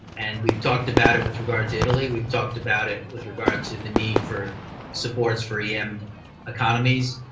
and we've talked about it with regard to italy, we've talked about it with regard to the need for supports for yeah em economies,